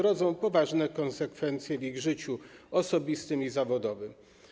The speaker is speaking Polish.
Rodzą poważne konsekwencje w ich życiu osobistym i zawodowym.